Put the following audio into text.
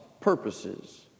purposes